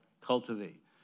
cultivate